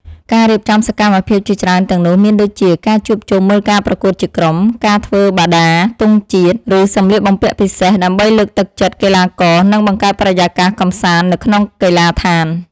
ការរៀបចំសកម្មភាពជាច្រើនទាំងនោះមានដូចជា ការជួបជុំមើលការប្រកួតជាក្រុម ការធ្វើបដា ទង់ជាតិ ឬសម្លៀកបំពាក់ពិសេស ដើម្បីលើកទឹកចិត្តកីឡាករ និងបង្កើតបរិយាកាសកម្សាន្តនៅក្នុងកីឡាដ្ឋាន។